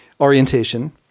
orientation